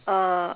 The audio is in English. uh